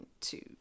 two